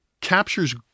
captures